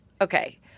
Okay